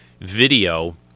video